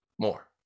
More